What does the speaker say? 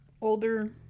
older